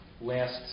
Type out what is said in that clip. last